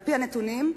על-פי הנתונים,